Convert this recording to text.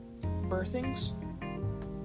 birthing's